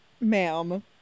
Ma'am